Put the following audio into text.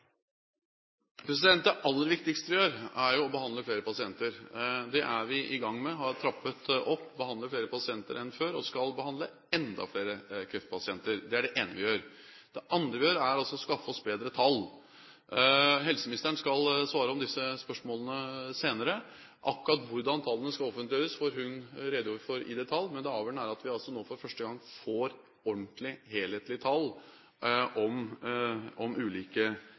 Det aller viktigste vi gjør, er å behandle flere pasienter. Det er vi i gang med. Vi har trappet opp og behandler flere pasienter enn før og skal behandle enda flere kreftpasienter. Det er det ene vi gjør. Det andre vi gjør, er å skaffe oss bedre tall. Helseministeren skal svare på disse spørsmålene senere. Akkurat hvordan tallene skal offentliggjøres, får hun redegjøre for i detalj, men det avgjørende er at vi nå for første gang får ordentlige, helhetlige tall om ulike